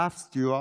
האב סטיוארט,